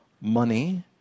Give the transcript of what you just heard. money